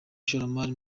ishoramari